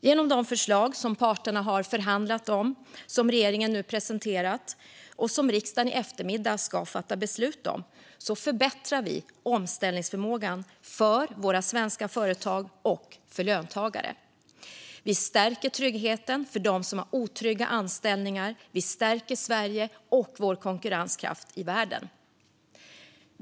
Genom de förslag som parterna har förhandlat om, som regeringen nu har presenterat och som riksdagen i eftermiddag ska fatta beslut om, förbättrar vi omställningsförmågan för våra svenska företag och för löntagare. Vi stärker tryggheten för dem som har otrygga anställningar, och vi stärker Sverige och vår konkurrenskraft i världen.